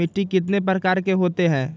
मिट्टी कितने प्रकार के होते हैं?